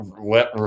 let